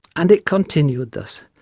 and it continued thus.